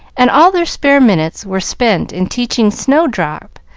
and all their spare minutes were spent in teaching snowdrop,